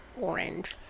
orange